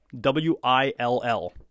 W-I-L-L